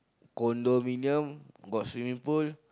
condominium got swimming pool